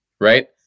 right